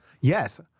Yes